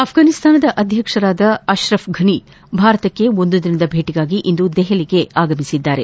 ಅಫ್ರಾನಿಸ್ತಾನ ಅಧ್ಯಕ್ಷ ಅಶ್ರಫ್ ಫನಿ ಭಾರತಕ್ಕೆ ಒಂದು ದಿನದ ಭೇಟಗಾಗಿ ಇಂದು ದೆಹಲಿಗೆ ಆಗಮಿಸಿದ್ದಾರೆ